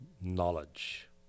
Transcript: knowledge